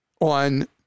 on